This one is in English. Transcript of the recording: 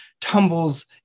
tumbles